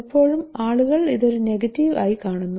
പലപ്പോഴും ആളുകൾ ഇത് നെഗറ്റീവ് ആയി കാണുന്നു